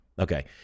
Okay